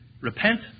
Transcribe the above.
repent